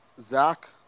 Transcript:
Zach